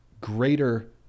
greater